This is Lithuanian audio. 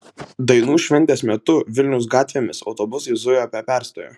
dainų šventės metu vilniaus gatvėmis autobusai zujo be perstojo